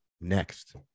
next